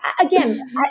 again